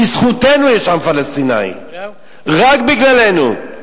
בזכותנו יש עם פלסטיני, רק בגללנו.